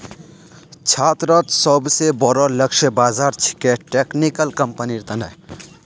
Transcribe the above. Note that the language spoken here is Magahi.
छात्रोंत सोबसे बोरो लक्ष्य बाज़ार छिके टेक्निकल कंपनिर तने